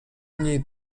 niej